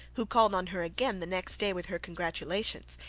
who called on her again the next day with her congratulations,